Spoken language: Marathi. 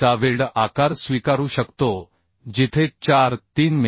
चा वेल्ड आकार स्वीकारू शकतो जिथे 4 3 मि